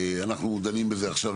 אנחנו דנים בזה עכשיו,